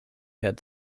had